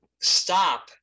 stop